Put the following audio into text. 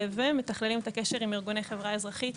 ומתכללים את הקשר עם ארגוני החברה האזרחית